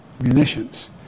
munitions